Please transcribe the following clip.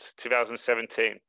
2017